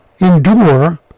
endure